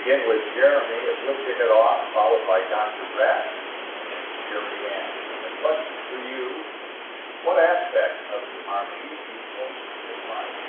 yeah with jeremy, if you'll kick it off, followed by dr. rapp and then sherrianne, and the question for you what aspect of new harmony do you most admire?